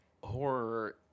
horror